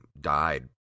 died